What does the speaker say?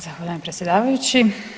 Zahvaljujem predsjedavajući.